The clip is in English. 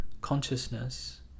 consciousness